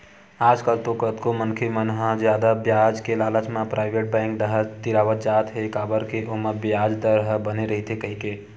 आजकल तो कतको मनखे मन ह जादा बियाज के लालच म पराइवेट बेंक डाहर तिरावत जात हे काबर के ओमा बियाज दर ह बने रहिथे कहिके